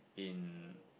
in